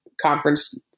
conference